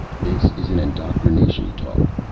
this is an indoctrination talk,